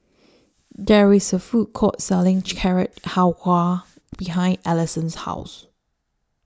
There IS A Food Court Selling Carrot Halwa behind Alyson's House